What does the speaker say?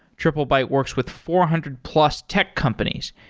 triplebyte works with four hundred plus tech companies,